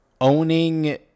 owning